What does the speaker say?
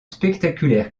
spectaculaire